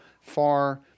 far